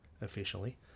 Officially